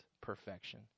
perfection